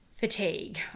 Fatigue